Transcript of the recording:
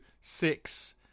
six